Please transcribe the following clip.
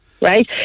Right